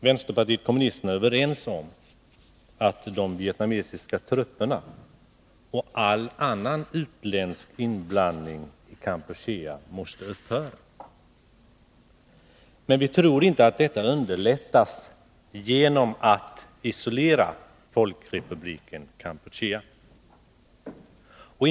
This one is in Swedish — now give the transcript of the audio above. Vpk delar uppfattningen att de vietnamesiska trupperna måste dras bort och all annan utländsk inblandning i Kampuchea upphöra. Men vi tror inte att det underlättas genom att Folkrepubliken Kampuchea isoleras.